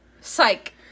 psych